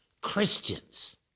Christians